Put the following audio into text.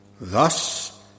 Thus